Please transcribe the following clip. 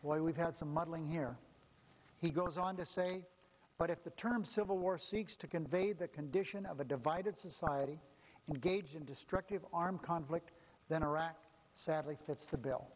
why we've had some muddling here he goes on to say but if the term civil war seeks to convey the condition of a divided society engage in destructive armed conflict then iraq sadly fits the bill